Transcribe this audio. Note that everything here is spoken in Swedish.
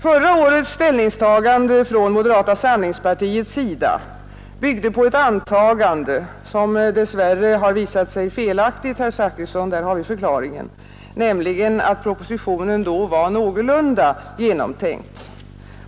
Förra årets ställningstagande från moderata samlingspartiets sida byggde på ett antagande — som dess värre ju har visat sig vara felaktigt, herr Zachrisson; där har vi förklaringen — nämligen att propositionen då var någorlunda genomtänkt.